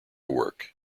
work